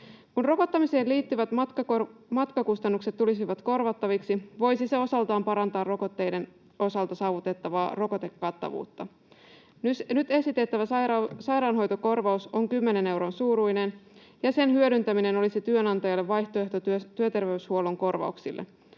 Kun rokottamiseen liittyvät matkakustannukset tulisivat korvattaviksi, voisi se osaltaan parantaa rokotteiden osalta saavutettavaa rokotuskattavuutta. Nyt esitettävä sairaanhoitokorvaus on 10 euron suuruinen, ja sen hyödyntäminen olisi työnantajalle vaihtoehto työterveyshuollon korvauksille.